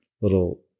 little